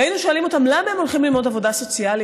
היינו שואלים אותם למה הם הולכים ללמוד עבודה סוציאלית,